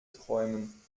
träumen